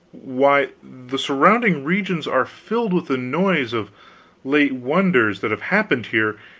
why, the surrounding regions are filled with the noise of late wonders that have happened here!